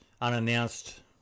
unannounced